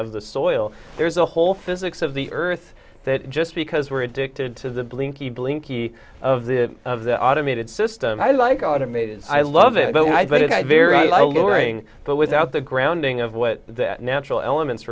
of the soil there's a whole physics of the earth that just because we're addicted to the blinky blinky of the of the automated system i like automated i love it but i thought it had very little ring but without the grounding of what that natural elements